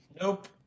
Nope